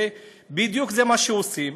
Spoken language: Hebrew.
וזה בדיוק מה שעושים.